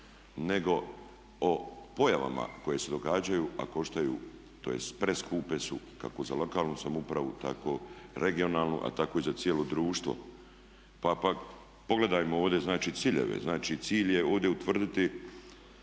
nego o pojavama koje se događaju a koštaju, tj. preskupe su kako za lokalnu samoupravu, tako regionalnu, a tako i za cijelo društvo. Pa pogledajmo ovdje znači ciljeve. Znači, cilj je ovdje utvrditi